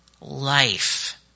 life